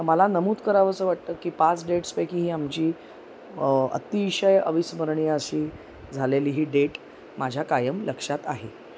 मला नमूद करावंचं वाटतं की पाच डेट्सपैकी ही आमची अतिशय अविस्मरणी अशी झालेली ही डेट माझ्या कायम लक्षात आहे